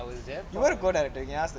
you want record ah you can ask the crew